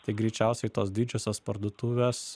tai greičiausiai tos didžiosios parduotuvės